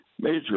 major